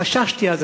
חששתי אז,